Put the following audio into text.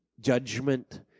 judgment